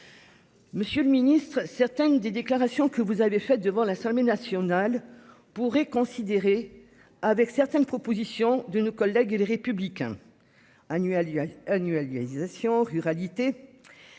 Monsieur le Ministre, certaines des déclarations que vous avez fait devant la semaine nationale pourrait considérer avec certaines propositions de nos collègues et les républicains. A lieu. Annualisation ruralité.